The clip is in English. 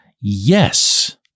Yes